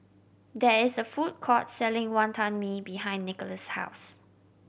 there is a food court selling Wonton Mee behind Nickolas' house